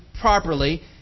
properly